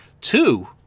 two